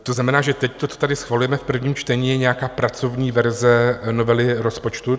To znamená, že teď to, co tady schvalujeme v prvním čtení, je nějaká pracovní verze novely rozpočtu?